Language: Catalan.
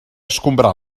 escombrar